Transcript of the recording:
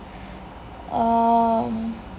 um